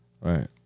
Right